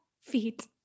feet